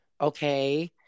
Okay